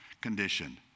condition